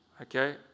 Okay